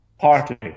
Party